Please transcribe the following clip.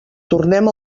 tornem